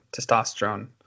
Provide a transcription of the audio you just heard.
testosterone